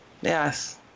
yes